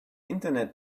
internet